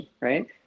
right